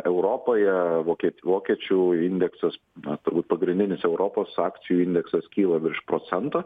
europoje vokie vokiečių indeksas na turbūt pagrindinis europos akcijų indeksas kyla virš procento